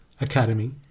academy